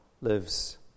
lives